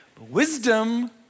Wisdom